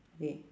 wait